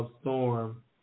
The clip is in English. storm